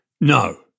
No